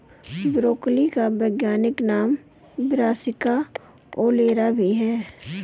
broccoli का वैज्ञानिक नाम ब्रासिका ओलेरा भी है